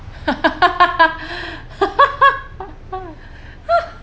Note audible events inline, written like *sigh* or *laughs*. *laughs*